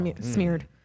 smeared